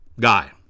guy